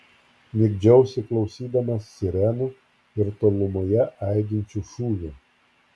migdžiausi klausydamas sirenų ir tolumoje aidinčių šūvių